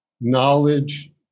knowledge